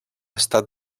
estat